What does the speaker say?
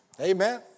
Amen